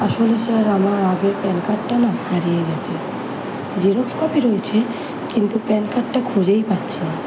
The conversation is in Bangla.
আসলে স্যার আমার আগের প্যান কার্ডটা না হারিয়ে গিয়েছে জেরক্স কপি রয়েছে কিন্তু প্যান কার্ডটা খুঁজেই পাচ্ছি না